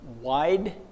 wide